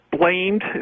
blamed